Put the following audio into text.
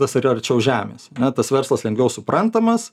tas yra arčiau žemės ane tas verslas lengviau suprantamas